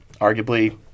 arguably